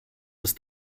ist